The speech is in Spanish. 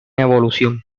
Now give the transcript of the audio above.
evolución